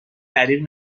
دریغ